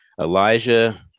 Elijah